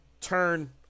turn